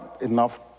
enough